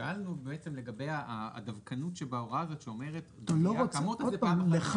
שאלנו לגבי הדווקנות בהוראה שאומרת "דחייה כאמור תיעשה פעם אחת בלבד".